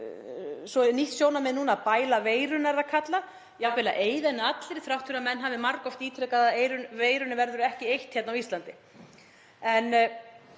svo er nýtt sjónarmið núna að bæla veiruna, er það kallað, jafnvel að eyða henni allri þrátt fyrir að menn hafi margoft ítrekað að veirunni verður ekki eytt hérna á Íslandi.